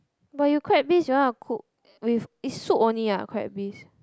but you crab bisque you want to cook with it's soup only ah crab bisque